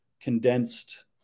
condensed